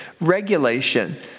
regulation